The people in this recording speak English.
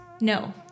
No